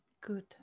good